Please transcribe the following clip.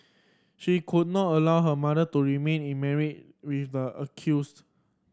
she could not allow her mother to remain in with the accused